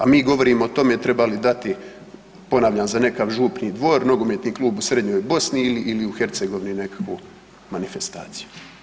A mi govorimo o tome treba li dati, ponavljam, za nekakav župni dvor, nogometni klub u srednjoj Bosni ili u Hercegovini nekakvu manifestaciju.